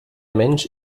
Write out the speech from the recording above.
mensch